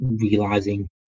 realizing